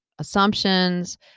assumptions